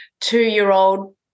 two-year-old